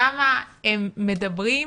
כמה הם מדברים,